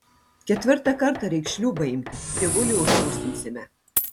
ketvirtą kartą reiks šliūbą imti dievulį užrūstinsime